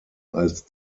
als